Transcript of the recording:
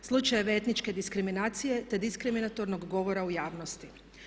Slučajeve etničke diskriminacije te diskriminatornog govora u javnosti.